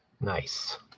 Nice